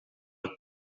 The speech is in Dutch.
het